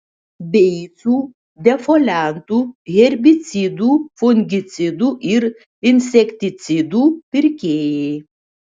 beicų defoliantų herbicidų fungicidų ir insekticidų pirkėjai